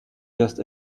just